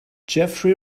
jeffery